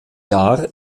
jahr